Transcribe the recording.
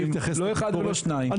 לא אחד ולא שניים --- משה,